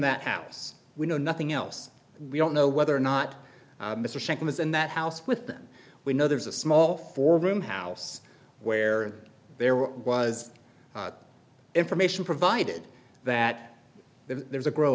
that house we know nothing else we don't know whether or not mr shanklin is in that house with them we know there's a small four room house where there was information provided that there's a grow